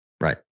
Right